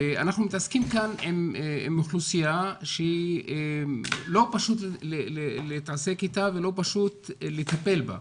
אנחנו מתעסקים כאן עם אוכלוסייה שלא פשוט להתעסק איתה ולא פשוט לטפל בה.